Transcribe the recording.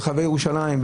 ברחבי ירושלים,